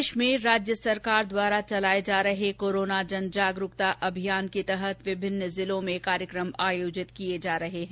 प्रदेश में राज्य सरकार द्वारा चलाए जा रहे कोरोना जन जागरूकता अभियान के तहत विभिन्न जिलों में कई कार्यक्रम आयोजित किए जा रहे हैं